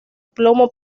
plomo